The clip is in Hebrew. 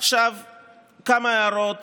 כמה הערות